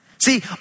See